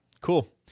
Cool